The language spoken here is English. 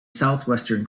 southwestern